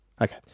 Okay